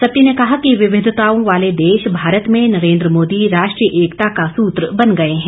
सत्ती ने कहा कि विविधताओं वाले देश भारत में नरेन्द्र मोदी राष्ट्रीय एकता का सूत्र बन गए हैं